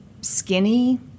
skinny